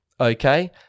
okay